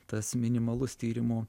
tas minimalus tyrimų